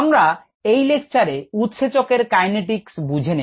আমরা এই লেকচারে উৎসেচকের গতিবিদ্যা বুঝে নেব